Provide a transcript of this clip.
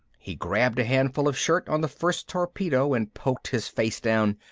he grabbed a handful of shirt on the first torpedo and poked his face down.